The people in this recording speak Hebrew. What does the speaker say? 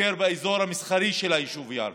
וביקר באזור המסחרי של היישוב ירכא,